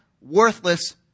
worthless